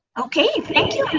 okay, thank you